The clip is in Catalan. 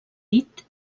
dit